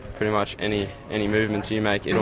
pretty much any any movements you you make, you know